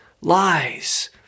lies